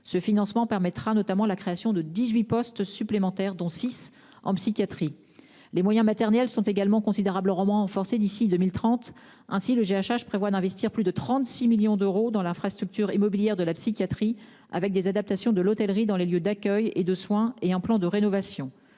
Ce financement permettra notamment la création de 18 postes supplémentaires, dont 6 en psychiatrie. Les moyens matériels de ce groupement hospitalier seront également considérablement renforcés d'ici à 2030. Ainsi, le GHH prévoit d'investir plus de 36 millions d'euros dans l'infrastructure immobilière de la psychiatrie, d'adapter l'hôtellerie dans les lieux d'accueil et de soins et de mettre